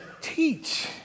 teach